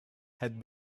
had